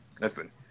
listen